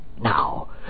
Now